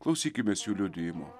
klausykimės jų liudijimo